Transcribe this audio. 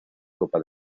copa